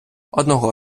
одного